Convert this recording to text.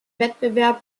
wettbewerb